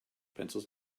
pencils